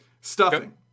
Stuffing